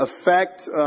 affect